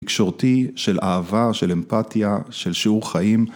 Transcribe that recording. מקשורתי של אהבה, של אמפתיה, של שיעור חיים.